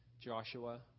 Joshua